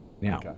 Now